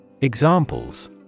Examples